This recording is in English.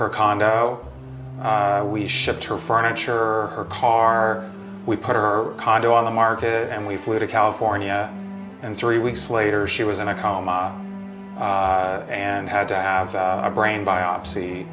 her condo we shipped her furniture her car we put her condo on the market and we flew to california and three weeks later she was in a coma and had to have a brain